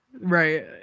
right